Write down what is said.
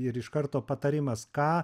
ir iš karto patarimas ką